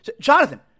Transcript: Jonathan